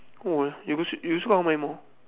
!wah! you also you also got how many more